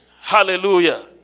Hallelujah